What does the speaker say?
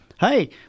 Hey